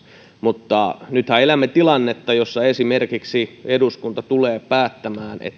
mutta nythän elämme tilannetta jossa eduskunta tulee esimerkiksi päättämään